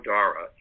Dara